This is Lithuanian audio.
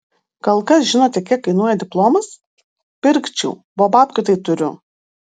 gal kas žinote kiek kainuoja diplomas pirkčiau bo babkių tai turiu